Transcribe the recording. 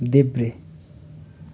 देब्रे